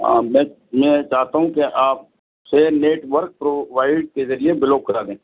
ہاں میں میں یہ چاہتا ہوں کہ آپ سے نیٹ ورک پرووائڈ کے ذریعے بلاک کرا دیں